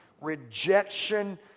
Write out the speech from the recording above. Rejection